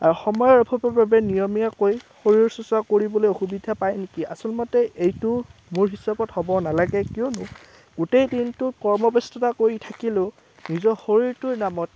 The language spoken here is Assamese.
আৰু সময়ৰ অভাৱৰ বাবে নিয়মীয়াকৈ শৰীৰ চৰ্চা কৰিবলৈ অসুবিধা পায় নেকি আচলমতে এইটো মোৰ হিচাপত হ'ব নালাগে কিয়নো গোটেই দিনটো কৰ্মব্য়স্ততা কৰি থাকিলেও নিজৰ শৰীৰটোৰ নামত